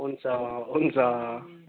हुन्छ हुन्छ